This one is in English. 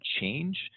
change